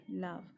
love